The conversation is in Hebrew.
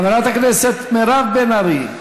חברת הכנסת מירב בן ארי,